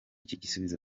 gisubizo